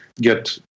get